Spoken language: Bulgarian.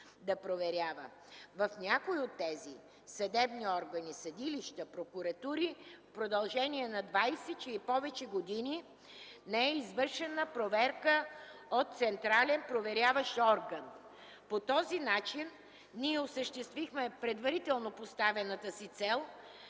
В някои от тези съдебни органи, съдилища и прокуратури в продължение на повече от двадесет и повече години не е извършвана проверка от централен проверяващ орган. По този начин осъществихме предварително поставената си цел –